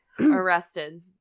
arrested